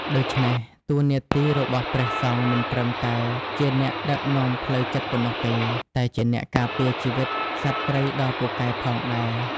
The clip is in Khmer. ដូច្នេះហើយ តួនាទីរបស់ព្រះសង្ឃមិនត្រឹមតែជាអ្នកដឹកនាំផ្លូវចិត្តប៉ុណ្ណោះទេ តែជាអ្នកការពារជីវិតសត្វព្រៃដ៏ពូកែផងដែរ។